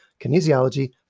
kinesiology